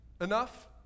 enough